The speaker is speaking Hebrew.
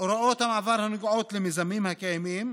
הוראות המעבר הנוגעות למיזמים הקיימים,